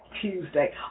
Tuesday